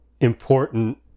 important